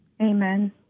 Amen